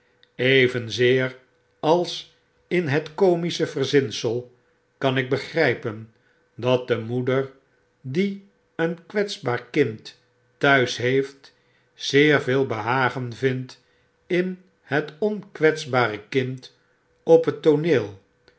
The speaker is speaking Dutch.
evenzeer als in het komische verzinsel kan ik begrgpen dat de moeder die een kwetsbaar kind t'huis heeft zeer veel behagen vindt in het onkwetsbare kind op het tooneel